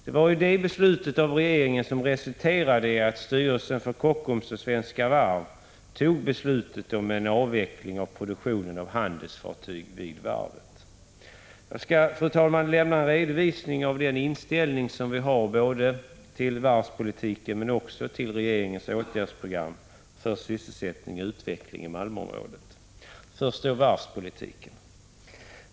Det var ju detta beslut av regeringen som resulterade i att styrelsen för Svenska Varv fattade beslut om avveckling av produktionen av handelsfartyg vid varvet. Jag skall, fru talman, redovisa den inställning vi har både till varvspolitiken och till regeringens åtgärdsprogram för sysselsättning och utveckling i Malmöområdet. Först vill jag tala om varvspolitiken.